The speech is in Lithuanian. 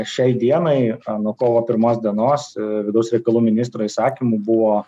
šiai dienai nuo kovo pirmos dienos vidaus reikalų ministro įsakymu buvo